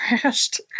crashed